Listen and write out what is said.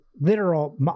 literal